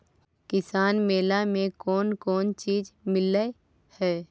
किसान मेला मे कोन कोन चिज मिलै है?